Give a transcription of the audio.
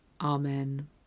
amen